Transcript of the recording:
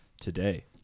today